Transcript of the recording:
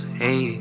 hey